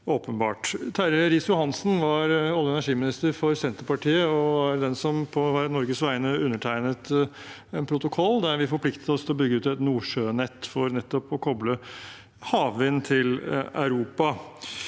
Terje Riis-Johansen var olje- og energiminister for Senterpartiet og den som på Norges vegne undertegnet en protokoll der vi forpliktet oss til å bygge ut et nordsjønett for nettopp å kople havvind til Europa.